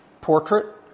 portrait